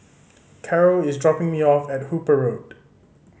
Caro is dropping me off at Hooper Road